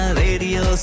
radio